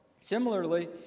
Similarly